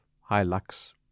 high-lux